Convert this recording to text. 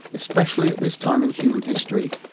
especially at this time in human history,